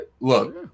look